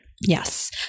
Yes